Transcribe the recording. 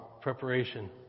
preparation